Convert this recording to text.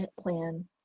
plan